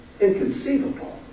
Inconceivable